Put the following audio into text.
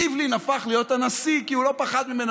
ריבלין הפך להיות הנשיא כי הוא לא פחד ממנו,